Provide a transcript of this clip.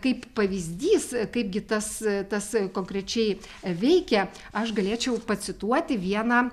kaip pavyzdys kaipgi tas tas konkrečiai veikia aš galėčiau pacituoti vieną